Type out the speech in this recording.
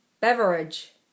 Beverage